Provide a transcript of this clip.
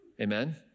amen